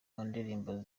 mundirimbo